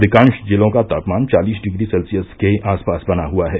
अधिकांश जिलों का तापमान चालिस डिग्री सेल्सियस के आसपास बना हुआ है